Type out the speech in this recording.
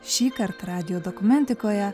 šįkart radijo dokumentikoje